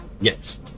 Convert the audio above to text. Yes